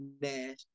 Nash